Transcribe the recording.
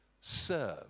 Serve